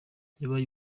yabaye